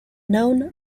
known